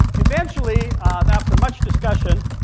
eventually after much discussion